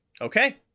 Okay